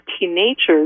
teenagers